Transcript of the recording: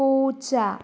പൂച്ച